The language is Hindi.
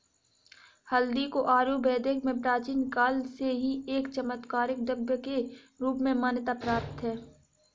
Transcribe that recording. हल्दी को आयुर्वेद में प्राचीन काल से ही एक चमत्कारिक द्रव्य के रूप में मान्यता प्राप्त है